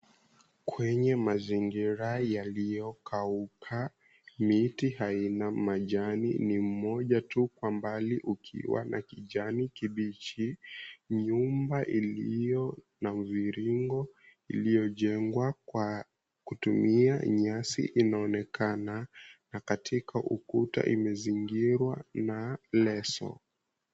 Kwenye mazingira yaliyokauka, miti haina majani, ni mmoja tu kwa mbali ukiwa na kijani kibichi. Nyumba iliyo na mviringo iliyojengwa kwa kutumia nyasi inaonekana na katika ukuta imezingirwa na leso.